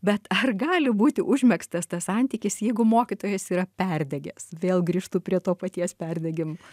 bet ar gali būti užmegztas tas santykis jeigu mokytojas yra perdegęs vėl grįžtu prie to paties perdegimo